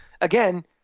again